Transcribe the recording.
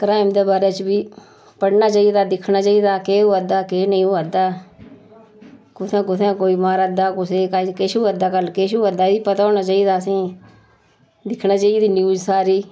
crime दे बारे च बी पढ़ना चाहिदा दिक्खना चाहिदा केह होआ दा केह् नेईं होआ दा कुत्थैं कुत्थैं कोई मारा दा कुसै कोई किश होआ दा कल किश होआ दी एह् पता होना चाहिदा असेंई दिक्खना चाहृिदी न्यूज सारी